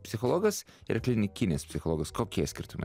psichologas ir klinikinis psichologas kokie skirtumai